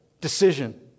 decision